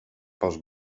pels